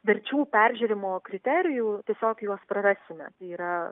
verčių peržiūrėjimo kriterijų tiesiog juos prarasime tai yra